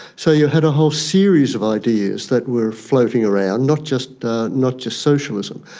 so you had a whole series of ideas that were floating around, not just not just socialism.